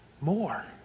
More